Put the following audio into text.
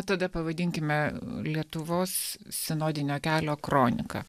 tada pavadinkime lietuvos sinodinio kelio kronika